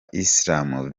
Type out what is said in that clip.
islamu